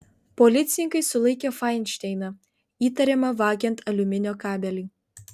policininkai sulaikė fainšteiną įtariamą vagiant aliuminio kabelį